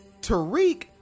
Tariq